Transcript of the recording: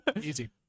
Easy